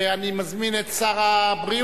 אני מזמין את שר הבריאות